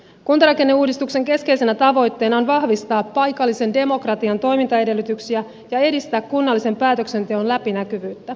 kuntarakenneuudistuksen keskeisenä tavoitteena on vahvistaa paikallisen demokratian toimintaedellytyksiä ja edistää kunnallisen päätöksenteon läpinäkyvyyttä